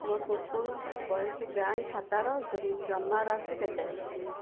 ମୋର କୁକୁର ବୟସ ବ୍ୟାଙ୍କ୍ ଖାତାର ଜମ ଜମାରାଶି କେତେ